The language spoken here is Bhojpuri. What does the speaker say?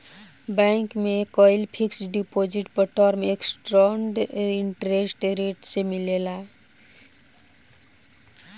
बैंक में कईल फिक्स्ड डिपॉज़िट पर टर्म स्ट्रक्चर्ड इंटरेस्ट रेट से मिलेला